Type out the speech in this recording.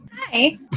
Hi